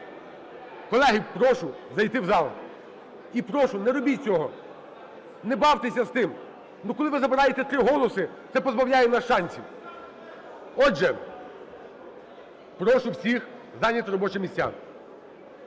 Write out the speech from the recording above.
Колеги, прошу зайти в зал. І прошу, не робіть цього, не бавтеся з тим. ну коли ви забираєте три голоси, це позбавляє нас шансів. Отже, прошу всіх зайняти робочі місця.